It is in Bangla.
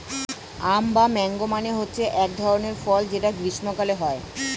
আম বা ম্যাংগো মানে হচ্ছে এক ধরনের ফল যেটা গ্রীস্মকালে হয়